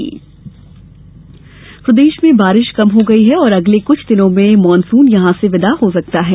मौसम प्रदेश में बारिश कम हो गई हैं और अगले कुछ दिनों में मानसून यहां से विदा हो सकता है